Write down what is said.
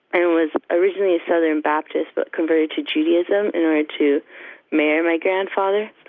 and was originally southern baptist but converted to judaism in order to marry my grandfather.